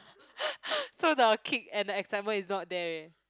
so the kick and the excitement is not there